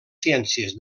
ciències